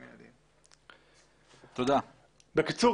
בקיצור,